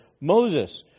Moses